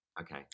Okay